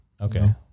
Okay